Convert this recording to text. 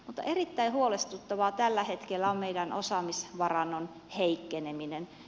mutta erittäin huolestuttavaa tällä hetkellä on meidän osaamisvarantomme heikkeneminen